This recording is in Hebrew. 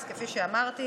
אז כפי שאמרתי,